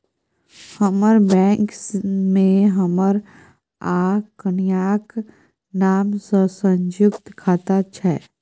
हमर बैंक मे हमर आ कनियाक नाम सँ संयुक्त खाता छै